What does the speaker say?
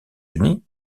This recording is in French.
unies